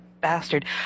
bastard